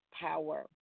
power